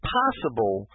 possible